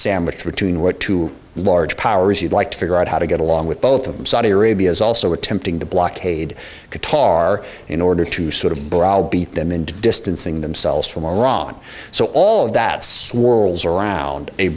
sandwiched between or two large powers you'd like to figure out how to get along with both of them saudi arabia is also attempting to blockade qatar in order to sort of browbeat them into distancing themselves from iran so all of that swirls around a